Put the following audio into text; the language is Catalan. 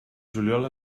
juliol